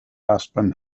aspen